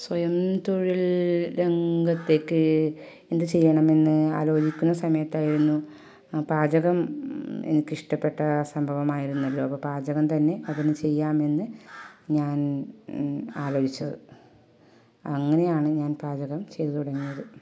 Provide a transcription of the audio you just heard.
സ്വയം തൊഴിൽ രംഗത്തേക്ക് എന്ത് ചെയ്യണമെന്ന് ആലോചിക്കുന്ന സമയത്തായിരുന്നു പാചകം എനിക്ക് ഇഷ്ടപെട്ട സംഭവം ആയിരുന്നല്ലോ അപ്പം പാചകം തന്നെ അതിന് ചെയ്യാമെന്ന് ഞാൻ ആലോചിച്ചത് അങ്ങനെയാണ് ഞാൻ പാചകം ചെയ്ത് തുടങ്ങിയത്